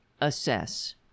assess